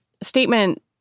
statement